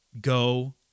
go